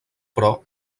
però